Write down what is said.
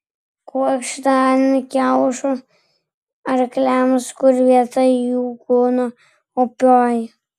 kuokštą ant kiaušo arkliams kur vieta jų kūno opioji